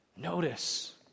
Notice